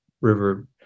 river